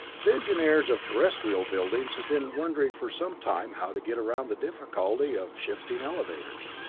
the engineers of terrestrial buildings have been wondering for some time how to get around the difficulty of shifting elevators.